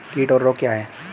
कीट और रोग क्या हैं?